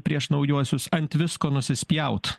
prieš naujuosius ant visko nusispjaut